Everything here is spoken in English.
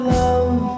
love